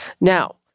Now